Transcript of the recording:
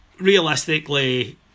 realistically